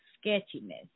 sketchiness